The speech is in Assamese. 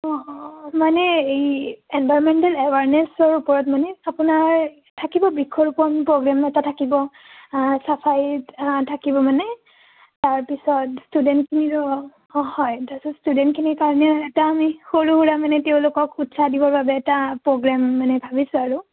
অঁ অঁ মানে এই এনভাইৰ্নমেণ্টেল এৱাৰনেছৰ ওপৰত মানে আপোনাৰ থাকিব বিক্ষৰোপন প্ৰগ্ৰেম এটা থাকিব চাফাই থাকিব মানে তাৰপিছত ষ্টুডেণ্টখিনিৰো হয় তাৰপিছত ষ্টুডেণ্টখিনিৰ কাৰণে এটা আমি সৰু সুৰা মানে তেওঁলোকক উৎসাহ দিবৰ বাবে এটা প্ৰগ্ৰেম মানে ভাবিছোঁ আৰু